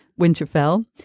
Winterfell